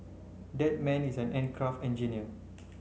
that man is an aircraft engineer